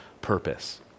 purpose